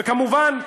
וכמובן,